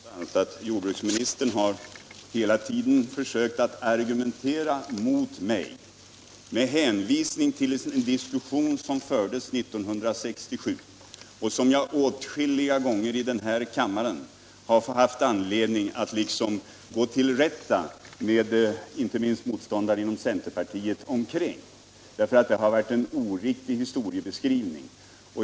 Herr talman! Jag konstaterar att jordbruksministern hela tiden har försökt argumentera mot mig med hänvisning till en diskussion som fördes 1967 och som jag åtskilliga gånger i den här kammaren haft anledning att gå till rätta med, inte minst med motståndare inom centerpartiet, därför att historiebeskrivningen har varit oriktig.